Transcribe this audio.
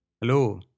Hello